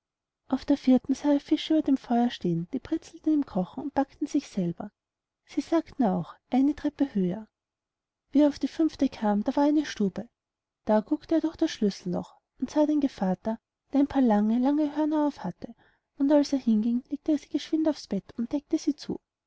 auf der vierten sah er fische über dem feuer stehen die britzelten im kochen und backten sich selber sie sagten auch eine treppe höher wie er auf die fünfte kam da war eine stube da guckte er durch das schlüsselloch und sah den gevatter der ein paar lange lange hörner auf hatte und als er hineinging legte er sie geschwind aufs bett und deckte sie zu